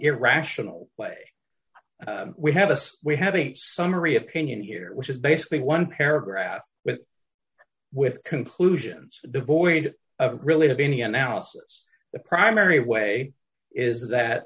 irrational way we have a so we have a summary opinion here which is basically one paragraph but with conclusions devoid of really have any analysis the primary way is that